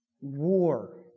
war